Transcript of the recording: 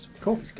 Cool